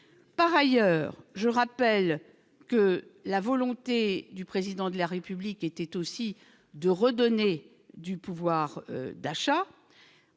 par ailleurs, je rappelle que la volonté du président de la République était aussi de redonner du pouvoir d'achat